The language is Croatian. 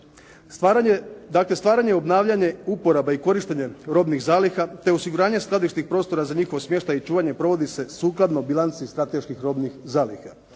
stvaranje, obnavljanje, uporaba i korištenje robnih zaliha te osiguranje skladišnih prostora za njihov smještaj i čuvanje provodi se sukladno Bilanci strateških robnih zaliha.